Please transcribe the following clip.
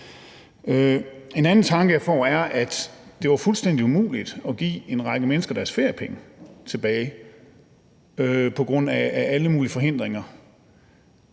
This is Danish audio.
En anden tanke, jeg får, er, at det var fuldstændig umuligt at give en række mennesker deres feriepenge tilbage på grund af alle mulige forhindringer,